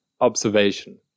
observation